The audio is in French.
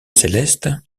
céleste